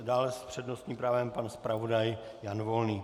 Dále s přednostním právem pan zpravodaj Jan Volný.